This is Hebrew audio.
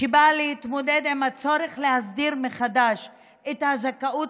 שבאה להתמודד עם הצורך להסדיר מחדש את הזכאות